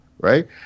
Right